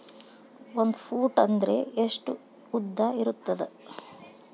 ಒಂದು ಫೂಟ್ ಅಂದ್ರೆ ಎಷ್ಟು ಉದ್ದ ಇರುತ್ತದ?